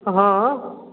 हँ